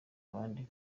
abandi